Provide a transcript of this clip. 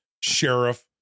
sheriff